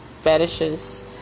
fetishes